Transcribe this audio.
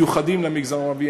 מיוחדים למגזר הערבי,